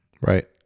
Right